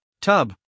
tub